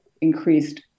increased